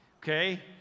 okay